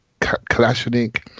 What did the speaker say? Kalashnik